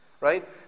right